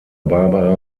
barbara